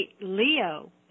Leo